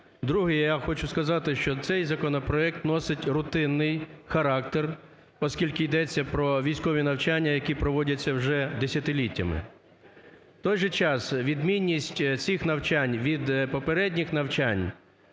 Друге. Я хочу сказати, що цей законопроект носить рутинний характер, оскільки йдеться про військові навчання, які проводяться вже десятиліттями. В той же час, відмінність цих навчань від попередніх навчань,